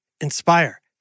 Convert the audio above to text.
inspire